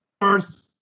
first-